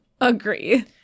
Agree